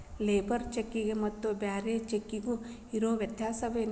Labour ಚೆಕ್ಕಿಗೆ ಮತ್ತ್ ಬ್ಯಾರೆ ಚೆಕ್ಕಿಗೆ ಇರೊ ವ್ಯತ್ಯಾಸೇನು?